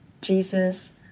Jesus